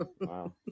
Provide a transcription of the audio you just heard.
wow